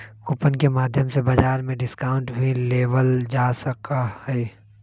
coupon के माध्यम से बाजार में डिस्काउंट भी लेबल जा सका हई